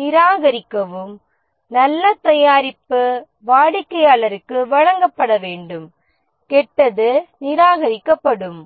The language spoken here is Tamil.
நிராகரிக்கவும் நல்ல தயாரிப்பு வாடிக்கையாளருக்கு வழங்கப்பட வேண்டும் கெட்டது நிராகரிக்கப்படும்